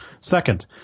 Second